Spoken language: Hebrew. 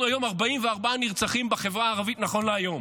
אנחנו עם 44 נרצחים בחברה הערבית נכון להיום.